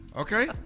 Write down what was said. okay